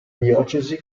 diocesi